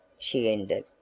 she ended,